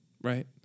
right